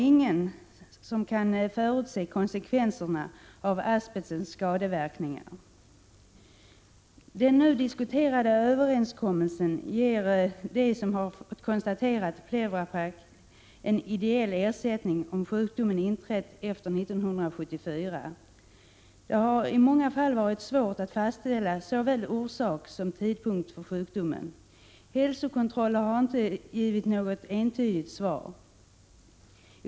Ingen kan i dag förutse konsekvenserna av asbestens skadeverkningar. Den nu diskuterade överenskommelsen ger dem som fått pleuraplack konstaterad en ideell ersättning om sjukdomen inträtt efter 1974. Det har i många fall varit svårt att fastställa såväl orsak som tidpunkt för sjukdomen. Hälsokontroller har inte givit något entydigt svar.